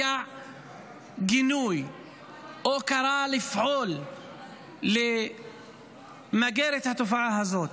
גינוי או קרא לפעול למגר את התופעה הזאת.